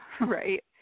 right